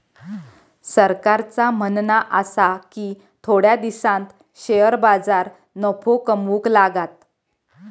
सरकारचा म्हणणा आसा की थोड्या दिसांत शेअर बाजार नफो कमवूक लागात